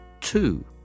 two